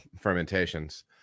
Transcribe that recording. fermentations